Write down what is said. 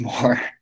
more